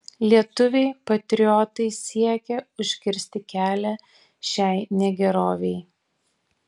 lietuviai patriotai siekė užkirsti kelią šiai negerovei